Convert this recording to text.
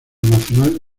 nacional